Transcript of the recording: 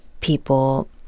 people